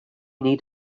need